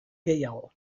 gehiago